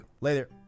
Later